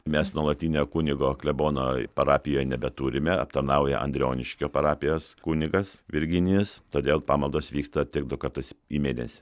mes nuolatinio kunigo klebono parapijoj nebeturime aptarnauja andrioniškio parapijos kunigas virginijus todėl pamaldos vyksta tik du kartus į mėnesį